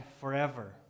forever